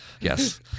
yes